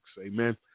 Amen